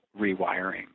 rewiring